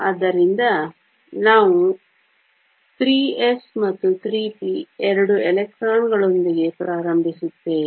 ಆದ್ದರಿಂದ ನಾವು 3s ಮತ್ತು 3p ಎರಡು ಎಲೆಕ್ಟ್ರಾನ್ಗಳೊಂದಿಗೆ ಪ್ರಾರಂಭಿಸುತ್ತೇವೆ